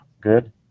good